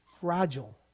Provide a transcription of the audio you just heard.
Fragile